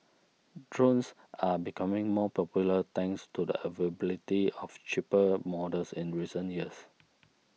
drones are becoming more popular thanks to the availability of cheaper models in recent years